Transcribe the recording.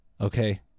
okay